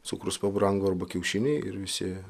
cukrus pabrango arba kiaušiniai ir visi